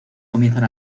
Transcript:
comienzan